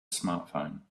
smartphone